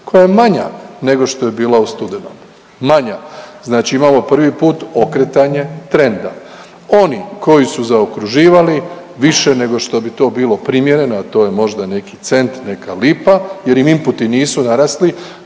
koja je manja nego što je bila u studenom, manja. Znači imamo prvi put okretanje trenda. Oni koji su zaokruživali više nego što bi to bilo primjereno, a to je možda neki cent, neka lipa jer im inputi nisu narasli